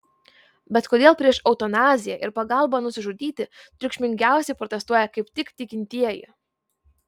bet kodėl prieš eutanaziją ir pagalbą nusižudyti triukšmingiausiai protestuoja kaip tik tikintieji